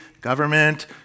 government